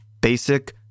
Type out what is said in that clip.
basic